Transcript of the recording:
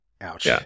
ouch